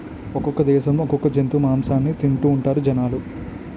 ఒక్కొక్క దేశంలో ఒక్కొక్క జంతువు మాసాన్ని తింతాఉంటారు జనాలు